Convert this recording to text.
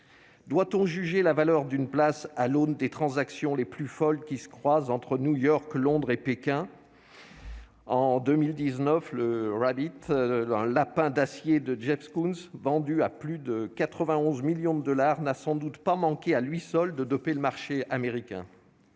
Doit-on juger la valeur d'une place à l'aune des transactions les plus folles qui se croisent entre New York, Londres et Pékin ? En 2019, le, un lapin d'acier de Jeff Koons, vendu à plus de 91 millions de dollars, n'a sans doute pas manqué à lui seul de doper le marché américain